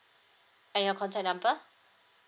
and your contact number